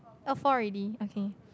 oh four already okay